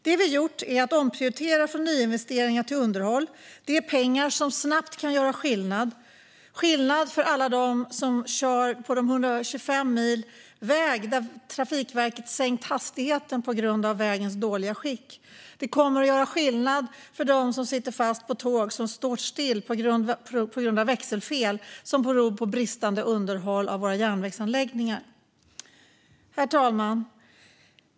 Det vi gjort är att omprioritera från nyinvesteringar till underhåll. Det är pengar som snabbt kan göra skillnad - skillnad för alla som kör på de 125 mil väg där Trafikverket sänkt hastigheten på grund av vägens dåliga skick. Det kommer att göra skillnad för alla som sitter fast på tåg som står stilla på grund av växelfel som beror på bristande underhåll av våra järnvägsanläggningar. Herr talman!